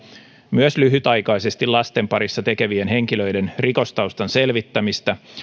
myös lyhytaikaisesti lasten parissa töitä tekevien henkilöiden rikostaustan selvittämistä